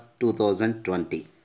2020